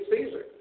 Caesar